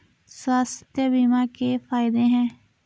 स्वास्थ्य बीमा के फायदे हैं?